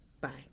Bye